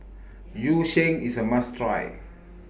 Yu Sheng IS A must Try